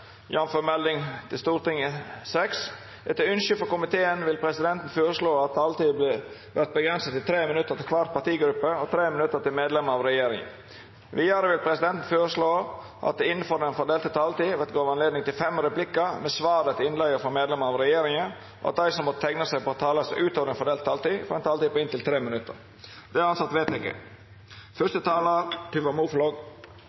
til medlemer av regjeringa. Vidare vil presidenten føreslå at det – innanfor den fordelte taletida – vert høve til fem replikkar med svar etter innlegg frå medlemer av regjeringa, og at dei som måtte teikna seg på talarlista utover den fordelte taletida, får ei taletid på inntil 3 minutt. – Det er vedteke.